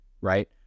right